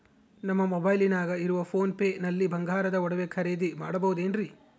ನಮ್ಮ ಮೊಬೈಲಿನಾಗ ಇರುವ ಪೋನ್ ಪೇ ನಲ್ಲಿ ಬಂಗಾರದ ಒಡವೆ ಖರೇದಿ ಮಾಡಬಹುದೇನ್ರಿ?